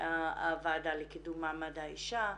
לקידום מעמד האישה,